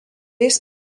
jis